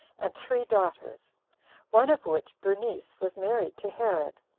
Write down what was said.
and three daughters one of which, bernice, was married to herod,